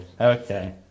Okay